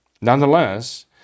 nonetheless